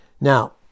Now